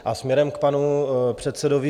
A směrem k panu předsedovi